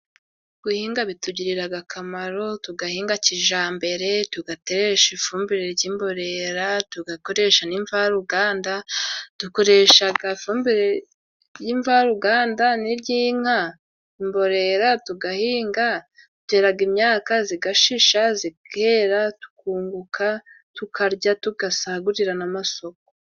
Guhinga bitugiriraga akamaro. Tugahinga kijambere tugateresha ifumbire, ry'imborera tugakoresha n' imvaruganda. Dukoreshaga ifumbire ry'imvaruganda, n'iry'inka imborera. Tugahinga duteraga imyaka zigashisha zigera, tukunguka tukarya tugasagurira n' amasoko.